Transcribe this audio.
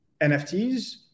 NFTs